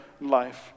life